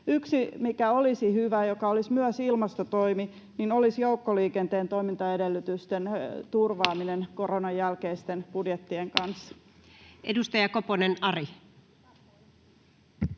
Yksi, mikä olisi hyvä ja olisi myös ilmastotoimi, olisi joukkoliikenteen toimintaedellytysten turvaaminen koronan jälkeisten budjettien kanssa. Edustaja Koponen, Ari.